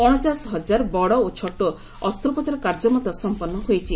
ଅଣଚାଶ ହଜାର ବଡ଼ ଓ ଛୋଟ ଅସ୍ତ୍ରୋପଚାର କାର୍ଯ୍ୟ ମଧ୍ୟ ସମ୍ପନ୍ନ ହୋଇଛି